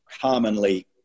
commonly